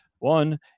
One